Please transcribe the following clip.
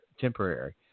temporary